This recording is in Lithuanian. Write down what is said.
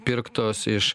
pirktos iš